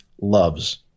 loves